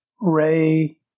Ray